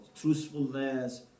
truthfulness